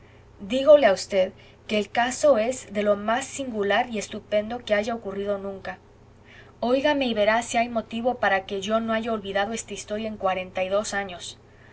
dígole a v que el caso es de lo más singular y estupendo que haya ocurrido nunca óigame y verá si hay motivo para que yo no haya olvidado esta historia en cuarenta y dos años